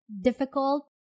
difficult